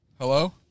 Hello